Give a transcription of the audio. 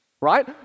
right